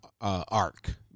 arc